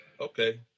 okay